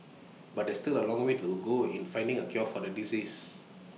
but there is still A long way to go in finding A cure for the disease